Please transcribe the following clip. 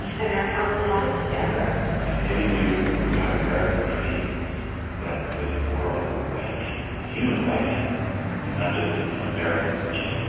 and our common life together and maybe we would have an american dream that is more of a right, a human right, and not just an american purchase